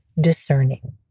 discerning